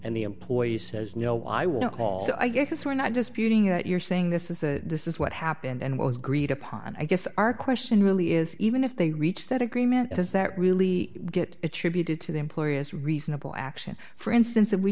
and the employee says no i won't call so i guess we're not disputing it you're saying this is a this is what happened and what was greed upon i guess our question really is even if they reach that agreement does that really get attributed to the employee is reasonable action for instance